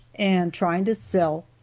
and trying to sell,